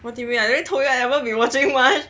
what do you mean I already told you I never been watching much